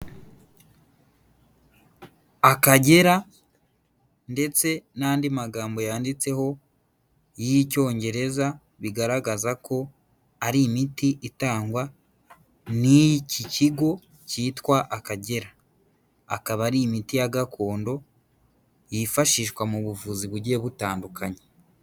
Akagera ndetse n'andi magambo yanditseho y'Icyongereza, bigaragaza ko ari imiti itangwa n'iki kigo kitwa Akagera, akaba ari imiti ya gakondo yifashishwa mu buvuzi bugiye butandukanye.